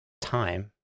Time